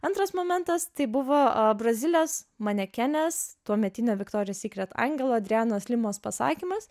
antras momentas tai buvo a brazilijos manekenės tuometinio viktorijos sykret angelo adrianos limos pasakymas